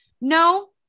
no